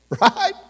Right